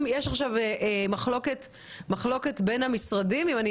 יש עכשיו מחלוקת בין המשרדים אם אני